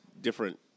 different